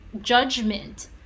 judgment